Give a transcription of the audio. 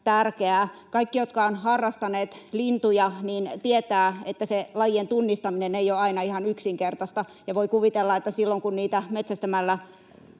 tärkeää. Kaikki, jotka ovat harrastaneet lintuja, tietävät, että se lajien tunnistaminen ei ole aina ihan yksinkertaista, ja voi kuvitella, että silloin kun niitä metsästämällä